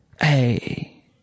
hey